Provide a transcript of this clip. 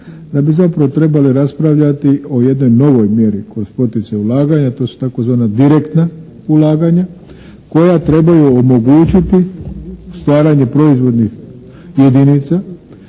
da bi zapravo trebale raspravljati o jednoj novoj mjeri kroz poticaje ulaganja, to su tzv. direktna ulaganja koja trebaju omogućiti stvaranje proizvodnih jedinica